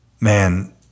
man